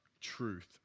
truth